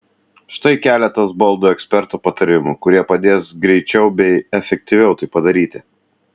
štai keletas baldų eksperto patarimų kurie padės greičiau bei efektyviau tai padaryti